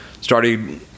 Started